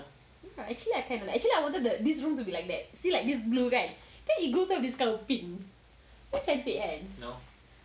actually I kind of actually I wanted the this room to be like that see like this blue kan kan it goes well with this kind of pink kan cantik kan